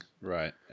right